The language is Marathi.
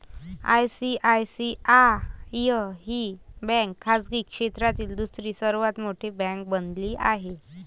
आय.सी.आय.सी.आय ही बँक खाजगी क्षेत्रातील दुसरी सर्वात मोठी बँक बनली आहे